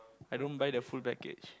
i don't buy the full package